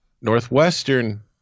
Northwestern